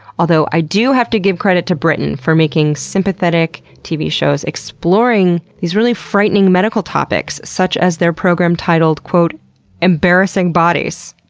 although i do have to give credit to britain for making sympathetic tv shows exploring these really frightening medical topics, such as their program titled, embarrassing bodies.